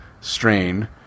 strain